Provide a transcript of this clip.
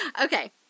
Okay